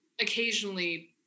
occasionally